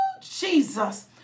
Jesus